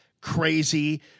crazy